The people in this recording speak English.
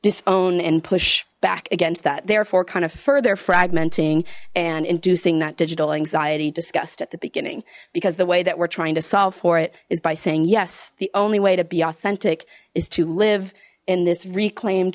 disown and push back against that therefore kind of further fragmenting and inducing that digital anxiety discussed at the beginning because the way that we're trying to solve for it is by saying yes the only way to be authentic is to live in this reclaimed